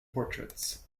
portraits